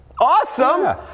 Awesome